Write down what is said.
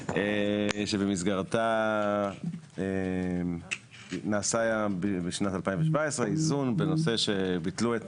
שבמסגרתה נעשה בשנת 2017 איזון בנושא שביטלו את